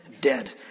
dead